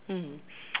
mm